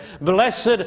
Blessed